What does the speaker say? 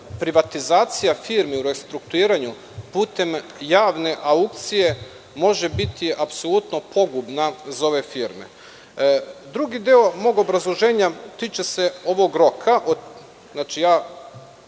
privatizacija firmi u restrukturiranju putem javne aukcije može biti apsolutno pogubna za ove firme. Drugi deo mog obrazloženja tiče se ovog roka.